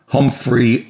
Humphrey